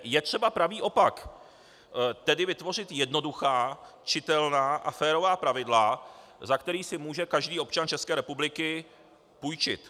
Je třeba pravý opak, tedy vytvořit jednoduchá, čitelná a férová pravidla, za kterých si může každý občan České republiky půjčit.